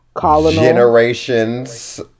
generations